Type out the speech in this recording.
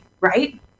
right